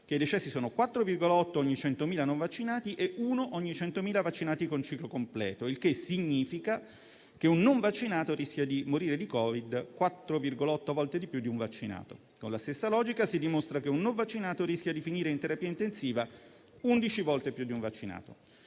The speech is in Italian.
che i decessi sono 4,8 ogni 100.000 non vaccinati, e uno ogni 100.000 vaccinati con ciclo completo, il che significa che un non vaccinato rischia di morire di Covid 4,8 volte di più di un vaccinato. Con la stessa logica si dimostra che un non vaccinato rischia di finire in terapia intensiva 11 volte più di un vaccinato.